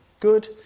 good